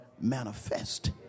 manifest